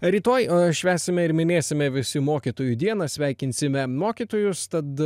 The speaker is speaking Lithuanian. rytoj švęsime ir minėsime visi mokytojų dieną sveikinsime mokytojus tad